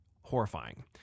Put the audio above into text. horrifying